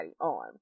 on